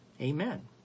Amen